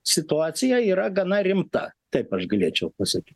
situacija yra gana rimta taip aš galėčiau pasakyt